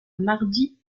mardi